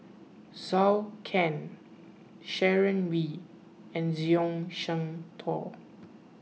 Zhou Can Sharon Wee and Zhuang Shengtao